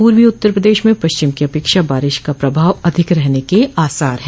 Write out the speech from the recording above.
पूर्वी उत्तर प्रदेश में पश्चिम की अपेक्षा बारिश का प्रभाव अधिक रहने के आसार है